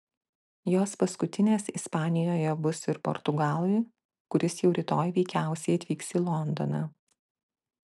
jos paskutinės ispanijoje bus ir portugalui kuris jau rytoj veikiausiai atvyks į londoną